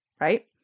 right